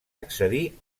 accedir